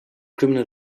criminal